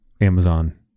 amazon